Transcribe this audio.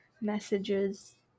messages